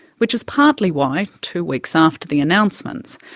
which is partly why, two weeks after the announcements,